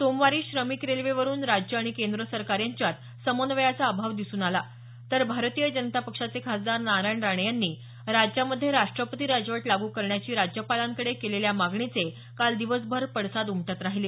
सोमवारी श्रमिक रेल्वेवरून राज्य आणि केंद्र सरकार यांच्यात समन्वयाचा अभाव दिसून आला तर भारतीय जनता पक्षाचे खासदार नारायण राणे यांनी राज्यामध्ये राष्ट्रपती राजवट लागू करण्याची राज्यपालांकडे केलेल्या मागणीचे काल दिवसभर पडसाद उमटत राहिले